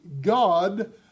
god